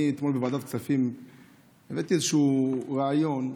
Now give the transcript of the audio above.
אתמול בוועדת הכספים העליתי איזשהו רעיון,